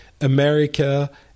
America